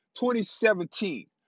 2017